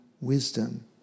wisdom